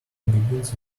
begins